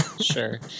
Sure